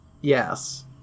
Yes